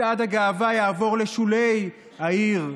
מצעד הגאווה יעבור לשולי העיר,